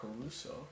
caruso